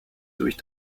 durch